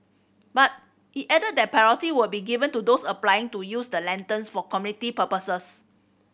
but it added that priority will be given to those applying to use the lanterns for community purposes